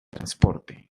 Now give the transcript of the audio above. transporte